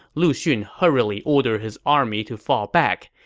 lu xun hurriedly ordered his army to fall back,